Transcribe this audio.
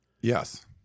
Yes